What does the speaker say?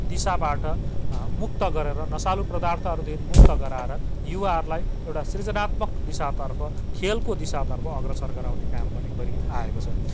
दिशाबाट मुक्त गरेर नसालु पदार्थहरूदेखि मुक्त गराएर युवाहरूलाई एउटा सृजनात्मक दिशातर्फ खेलको दिशातर्फ अग्रसर गराउने काम पनि गरी आएको छ